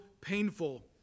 painful